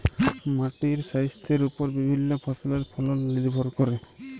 মাটির স্বাইস্থ্যের উপর বিভিল্য ফসলের ফলল লির্ভর ক্যরে